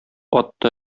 атты